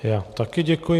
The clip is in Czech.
Já také děkuji.